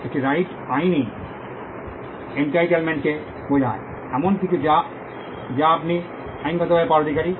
একটি রাইট আইনী এনটাইটেলমেন্টকে বোঝায় এমন কিছু যা আপনি আইনগতভাবে পাওয়ার অধিকারী